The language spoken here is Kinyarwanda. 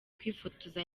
kwifotoza